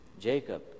Jacob